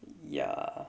ya